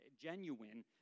genuine